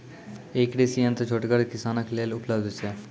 ई कृषि यंत्र छोटगर किसानक लेल उपलव्ध छै?